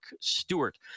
Stewart